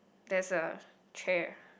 there is a chair